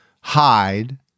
hide